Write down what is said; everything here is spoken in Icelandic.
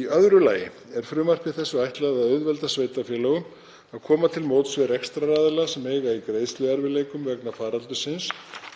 Í öðru lagi er frumvarpinu ætlað að auðvelda sveitarfélögum að koma til móts við rekstraraðila sem eiga í greiðsluerfiðleikum vegna faraldursins